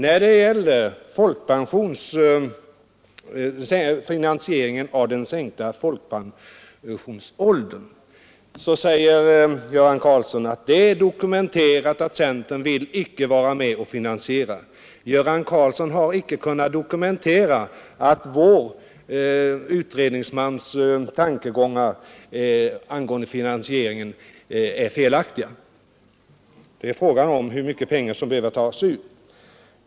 När det gäller en sänkning av pensionsåldern säger herr Göran Karlsson att det är dokumenterat att centern inte vill vara med om att finansiera denna reform. Herr Karlsson har icke kunnat dokumentera att vår utredningsmans tankegångar angående finansieringen är felaktiga. Frågan är hur mycket pengar som behöver tas ut för ändamålet.